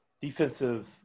defensive